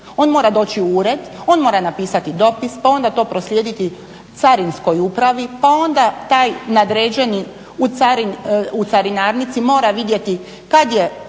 on mora doći u ured, on mora napisati dopis pa to proslijediti Carinskoj upravi pa onda taj nadređeni u Carinarnici mora vidjeti kada je